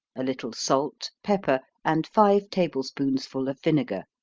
a little salt, pepper, and five table spoonsful of vinegar.